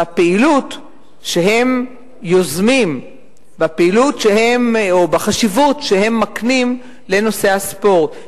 בפעילות שהם יוזמים או בחשיבות שהם מקנים לנושא הספורט,